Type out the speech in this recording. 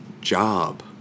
job